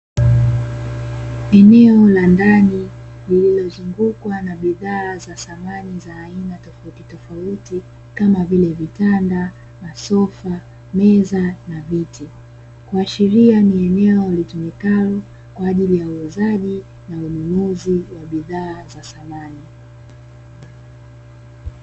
Eneo la ndani lililozungukwa na bidhaa za samani za aina tofauti tofauti kama vile vitanda, sofa, meza na viti, kuashiria ni eneo litumikalo kwa ajili ya uwekezaji na ununuzi wa bidhaa.